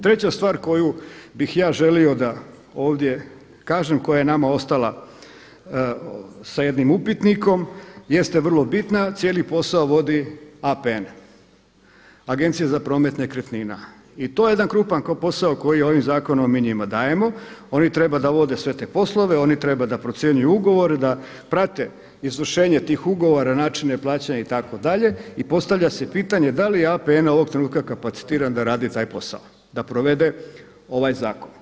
Treća stvar koju bih ja želio da ovdje kažem koja je nama ostala sa jednim upitnikom jeste vrlo bitna, cijeli posao vodi APN, Agencija za promet nekretnina i to je jedan krupan posao koji ovom zakonom mi njima dajemo, oni trebaju voditi sve te poslove, oni trebaju procjenjivati ugovor, da prate izvršenje tih ugovora, načine plaćanja itd. i postavlja se pitanje da li APN ovog trenutka kapacitiran da radi taj posao, da provede ovaj zakon.